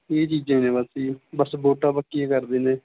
ਇਹ ਚੀਜ਼ਾਂ ਨੇ ਬਸ ਜੀ ਬਸ ਵੋਟਾਂ ਪੱਕੀਆਂ ਕਰਦੇ ਨੇ